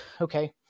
okay